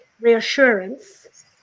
reassurance